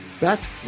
Best